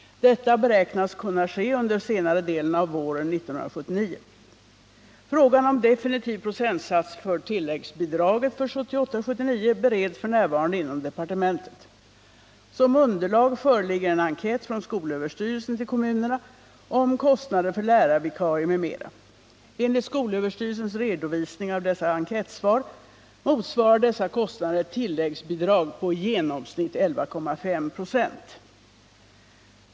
Detta beräknas kunna ske under senare delen av våren 1979. Frågan om definitiv procentsats för tilläggsbidraget för 1978/79 bereds f. n. inom departementet. Som underlag föreligger en enkät från skolöverstyrelsen till kommunerna om kostnader för lärarvikarier m.m. Enligt skolöverstyrelsens redovisning av dessa enkätsvar motsvarar dessa kostnader ett tilläggsbidrag på i genomsnitt 11,5 926.